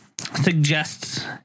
suggests